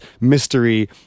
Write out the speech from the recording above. mystery